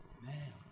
man